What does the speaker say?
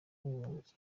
w’abibumbye